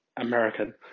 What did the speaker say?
American